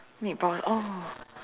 meatball oh